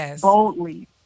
boldly